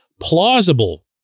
plausible